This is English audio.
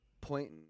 point